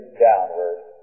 downward